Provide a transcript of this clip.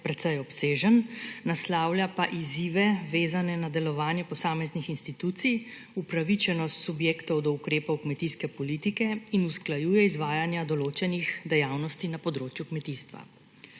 precej obsežen, naslavlja pa izzive, vezane na delovanje posameznih institucij, upravičenost subjektov do ukrepov kmetijske politike in usklajuje izvajanja določenih dejavnosti na področju kmetijstva.